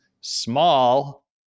small